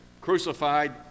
crucified